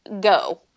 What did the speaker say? go